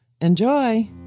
Enjoy